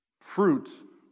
fruit